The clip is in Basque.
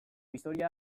historia